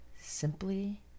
simply